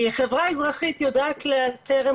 כי החברה האזרחית יודעת לאתר,